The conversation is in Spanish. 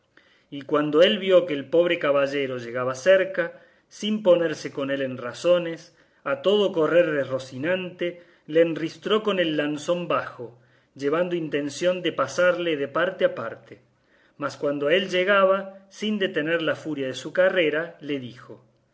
y cuando él vio que el pobre caballero llegaba cerca sin ponerse con él en razones a todo correr de rocinante le enristró con el lanzón bajo llevando intención de pasarle de parte a parte mas cuando a él llegaba sin detener la furia de su carrera le dijo